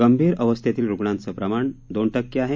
गंभीर अवस्थेतील रुग्णांचं प्रमाण दोन टक्के आहे